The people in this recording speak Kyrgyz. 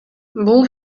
бул